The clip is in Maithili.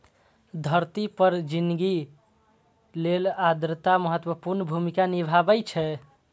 धरती पर जिनगी लेल आर्द्रता महत्वपूर्ण भूमिका निभाबै छै